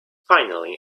finally